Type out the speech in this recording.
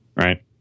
Right